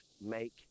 make